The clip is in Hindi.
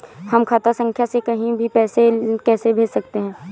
हम खाता संख्या से कहीं भी पैसे कैसे भेज सकते हैं?